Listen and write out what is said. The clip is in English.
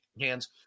hands